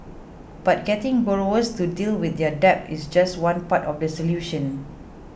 but getting borrowers to deal with their debt is just one part of the solution